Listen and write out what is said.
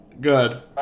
Good